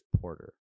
Porter